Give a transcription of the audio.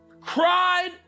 cried